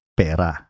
pera